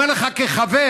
אומר לך כחבר,